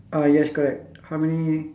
ah yes correct how many